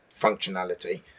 functionality